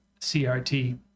CRT